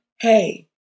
Hey